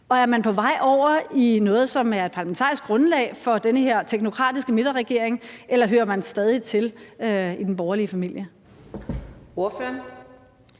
Er man på vej over i noget, som er et parlamentarisk grundlag for den her teknokratiske midterregering, eller hører man stadig til i den borgerlige familie? Kl.